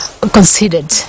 considered